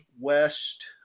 west